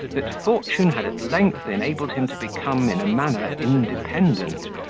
that fortune had at length enabled him to become in a manner independent,